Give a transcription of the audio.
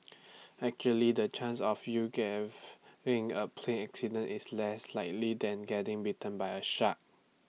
actually the chance of you having A plane accident is less likely than getting bitten by A shark